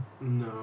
No